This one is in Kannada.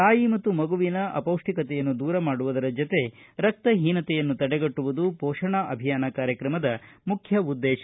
ತಾಯಿ ಮತ್ತು ಮಗುವಿನ ಅಪೌಷ್ಟಿಕತೆಯನ್ನು ದೂರ ಮಾಡುವುದರ ಜೊತೆಗೆ ರಕ್ಷೀನತೆಯನ್ನು ತಡೆಗಟ್ಟುವುದು ಪೋಷಣಾ ಅಭಿಯಾನ ಕಾರ್ಯಕ್ರಮದ ಮುಖ್ಯ ಉದ್ದೇಶ